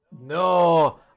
No